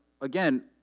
again